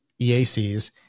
EACs